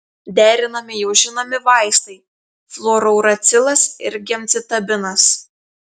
derinami jau žinomi vaistai fluorouracilas ir gemcitabinas